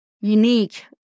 unique